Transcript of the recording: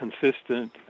consistent